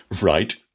Right